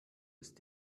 ist